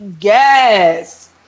Yes